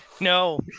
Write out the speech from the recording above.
No